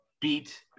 beat